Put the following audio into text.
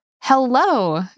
Hello